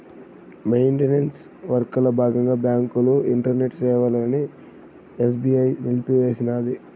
maintenance వర్కల బాగంగా బాంకుల ఇంటర్నెట్ సేవలని ఎస్బీఐ నిలిపేసినాది